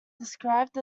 described